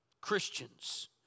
Christians